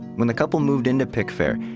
when the couple moved into pickfair,